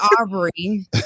Aubrey